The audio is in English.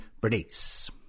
Bernice